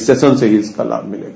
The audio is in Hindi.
इस सेंशन से ही इसका लाभ मिलेगा